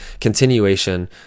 continuation